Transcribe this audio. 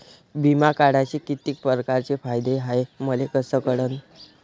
बिमा काढाचे कितीक परकारचे फायदे हाय मले कस कळन?